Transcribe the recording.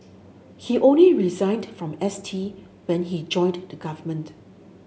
he only resigned from S T when he joined the government